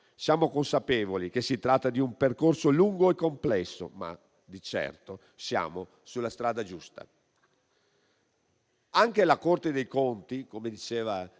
Siamo consapevoli che si tratta di un percorso lungo e complesso, ma di certo siamo sulla strada giusta. Anche la Corte dei conti, come diceva